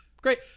Great